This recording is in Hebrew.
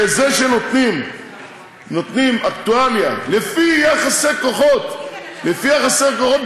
שזה שנותנים אקטואליה לפי יחסי כוחות דמוקרטיים,